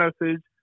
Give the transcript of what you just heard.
message